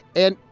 and,